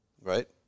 right